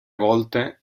volte